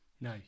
No